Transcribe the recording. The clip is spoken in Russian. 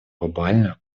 глобальную